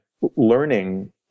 learning